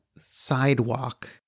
sidewalk